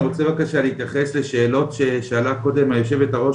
אני רוצה בבקשה להתייחס לשאלות ששאלה קודם היושבת הראש,